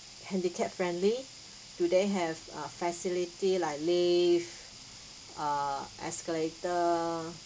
handicap friendly do they have uh facility like lift err escalator